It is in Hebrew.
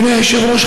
אדוני היושב-ראש,